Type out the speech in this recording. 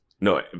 No